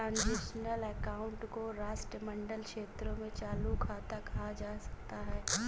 transitional account को राष्ट्रमंडल देशों में चालू खाता कहा जाता है